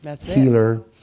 healer